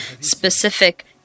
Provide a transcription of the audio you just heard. specific